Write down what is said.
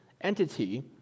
entity—